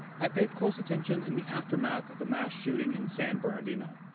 i paid close attention in the aftermath of the mass shooting in san bernardino.